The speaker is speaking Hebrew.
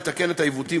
לתקן את העיוותים,